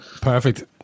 Perfect